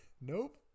Nope